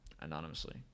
anonymously